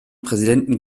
präsidenten